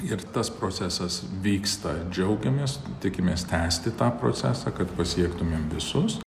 ir tas procesas vyksta džiaugiamės tikimės tęsti tą procesą kad pasiektumėm visus